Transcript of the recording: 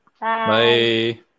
Bye